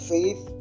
Faith